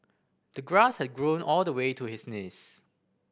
the grass had grown all the way to his knees